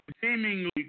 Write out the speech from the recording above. seemingly